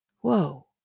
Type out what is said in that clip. Whoa